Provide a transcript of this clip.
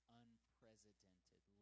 unprecedented